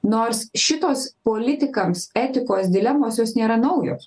nors šitos politikams etikos dilemos jos nėra naujos